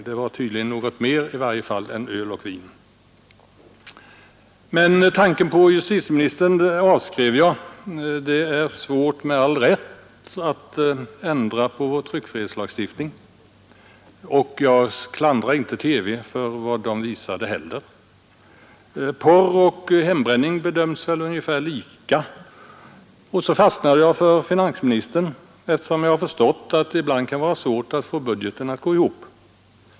Det var alltså i varje fall tydligen något mer än öl och vin. Men tanken på att fråga justitieministern avskrev jag. Det är med all rätt svårt att ändra på vår tryckfrihetslagstiftning, och jag klandrar inte heller TV för vad som visades. Porr och hembränning bedöms väl ungefär lika. Så fastnade jag för finansministern, eftersom jag har förstått att det ibland kan vara svårt att få budgeten att gå ihop.